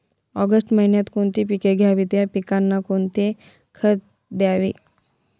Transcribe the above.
August महिन्यात कोणती पिके घ्यावीत? या पिकांना कोणते खत द्यावे?